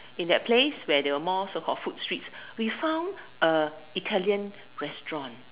in that place where there were more so called food streets we found a Italian restaurant